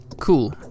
Cool